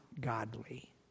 godly